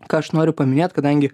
ką aš noriu paminėt kadangi